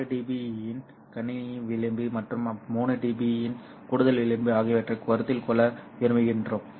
ஆனால் 6 dB இன் கணினி விளிம்பு மற்றும் 3 dB இன் கூடுதல் விளிம்பு ஆகியவற்றைக் கருத்தில் கொள்ள விரும்புகிறோம்